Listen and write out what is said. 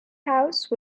house